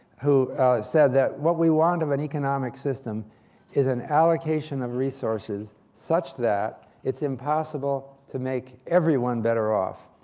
who said that what we wanted of an economic system is an allocation of resources, such that it's impossible impossible to make everyone better off.